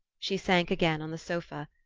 she sank again on the sofa,